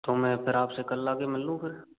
तो मैं फिर आप से कल आके मिल लूँ फिर